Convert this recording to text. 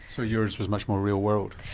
so yours was much more real world?